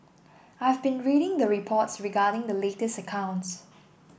I have been reading the reports regarding the latest accounts